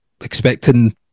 expecting